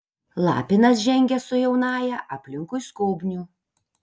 lapinas žengė su jaunąja aplinkui skobnių